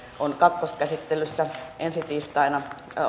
on kakkoskäsittelyssä ensi tiistaina